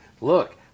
look